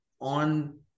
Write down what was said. on